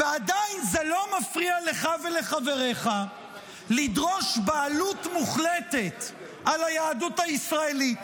ועדיין זה לא מפריע לך ולחבריך לדרוש בעלות מוחלטת על היהדות הישראלית.